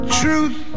truth